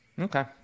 Okay